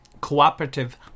Cooperative